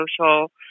social